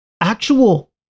actual